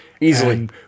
Easily